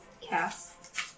cast